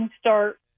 start